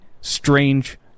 strange